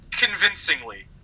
convincingly